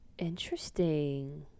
interesting